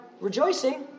rejoicing